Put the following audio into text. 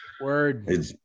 Word